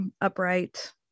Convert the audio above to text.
upright